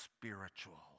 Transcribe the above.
spiritual